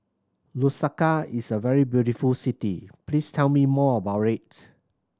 Lusaka is a very beautiful city please tell me more about it